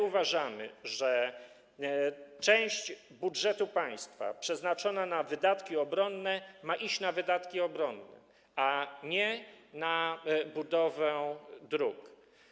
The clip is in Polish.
Uważamy, że część budżetu państwa przeznaczona na wydatki obronne ma iść na wydatki obronne, a nie na budowę dróg.